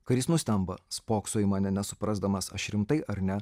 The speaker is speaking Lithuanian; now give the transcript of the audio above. karys nustemba spokso į mane nesuprasdamas aš rimtai ar ne